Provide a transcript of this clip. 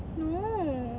no